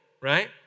right